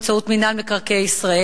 באמצעות מינהל מקרקעי ישראל,